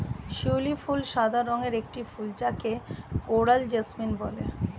শিউলি ফুল সাদা রঙের একটি ফুল যাকে কোরাল জেসমিন বলে